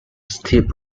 steep